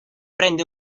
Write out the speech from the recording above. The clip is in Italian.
prende